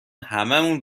هممون